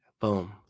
Boom